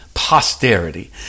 posterity